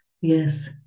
Yes